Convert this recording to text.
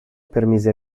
permise